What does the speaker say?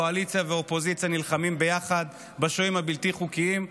קואליציה ואופוזיציה יחד נלחמים בשוהים הבלתי-חוקיים.